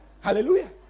Hallelujah